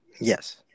Yes